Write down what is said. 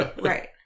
right